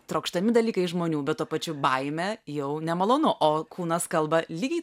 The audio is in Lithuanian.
trokštami dalykai žmonių bet tuo pačiu baimė jau nemalonu o kūnas kalba lygiai